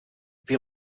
wir